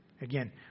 Again